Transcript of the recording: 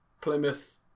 Plymouth